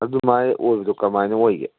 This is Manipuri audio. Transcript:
ꯑꯗꯨꯃꯥꯏꯅ ꯑꯣꯏꯕꯗꯣ ꯀꯃꯥꯏꯅ ꯑꯣꯏꯒꯦ